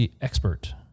expert